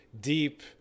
deep